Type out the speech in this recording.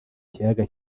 kiyaga